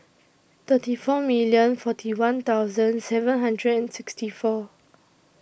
three four million forty one thousand seven hundred and sixty four